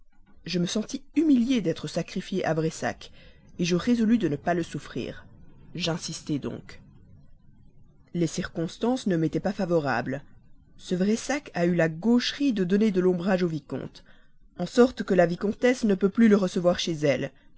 je me sentis humilié d'être sacrifié à pressac je résolus de ne le pas souffrir j'insistai donc les circonstances ne m'étaient pas favorables ce pressac a eu la gaucherie de donner de l'ombrage au vicomte en sorte que la vicomtesse ne peut plus le recevoir chez elle